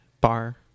bar